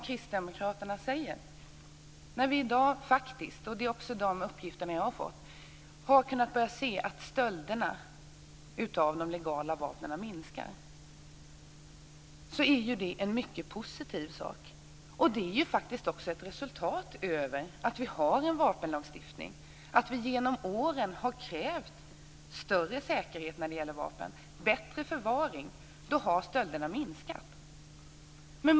Kristdemokraterna säger att vi i dag har börjat kunna se att stölderna av de legala vapnen minskar, och det är också de uppgifter som jag har fått. Det är en mycket positiv sak. Det är faktiskt också ett resultat av att vi har en vapenlagstiftning. Genom åren har vi krävt större säkerhet när det gäller vapen och bättre förvaring. Därför har stölderna minskat.